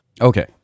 Okay